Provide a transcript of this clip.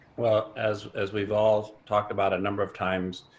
well, as as we've all talked about a number of times,